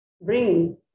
bring